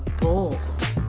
bold